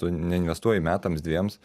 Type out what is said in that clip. tu neinvestuoji metams dviems